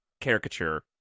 caricature